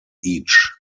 each